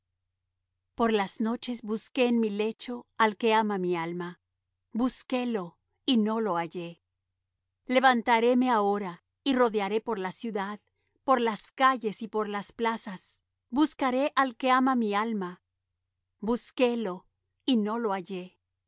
por las noches busqué en mi lecho al que ama mi alma busquélo y no lo hallé levantaréme ahora y rodearé por la ciudad por las calles y por las plazas buscaré al que ama mi alma busquélo y no lo hallé